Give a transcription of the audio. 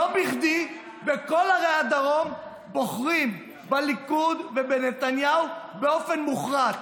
לא בכדי בכל ערי הדרום בוחרים בליכוד ובנתניהו באופן מוחלט.